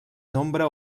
nombre